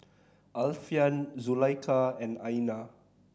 Alfian Zulaikha and Aina